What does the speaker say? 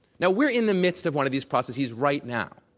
now, we're in the midst of one of these processes right now.